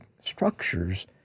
structures